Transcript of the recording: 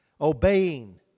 obeying